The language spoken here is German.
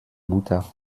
butter